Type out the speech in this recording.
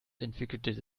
entwickelte